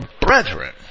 brethren